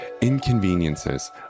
inconveniences